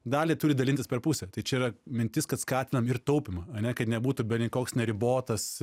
dalį turi dalintis per pusę tai čia yra mintis kad skatinam ir taupymą ane kad nebūtų bene koks neribotas